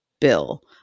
bill